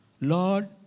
Lord